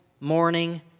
morning